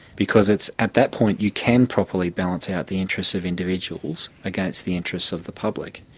because it's at that point you can properly balance out the interests of individuals against the interests of the public.